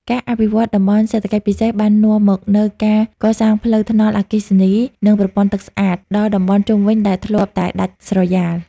ការអភិវឌ្ឍ តំបន់សេដ្ឋកិច្ចពិសេស បាននាំមកនូវការកសាងផ្លូវថ្នល់ អគ្គិសនី និងប្រព័ន្ធទឹកស្អាត ដល់តំបន់ជុំវិញដែលធ្លាប់តែដាច់ស្រយាល។